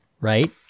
right